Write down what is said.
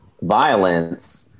violence